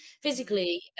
physically